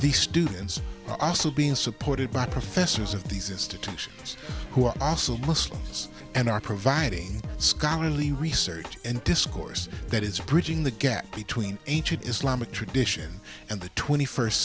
these students are also being supported by professors of these institutions who are also muslims and are providing scholarly research and discourse that is bridging the gap between ancient islamic tradition and the twenty first